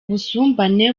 busumbane